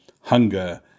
hunger